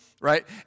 right